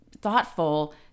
thoughtful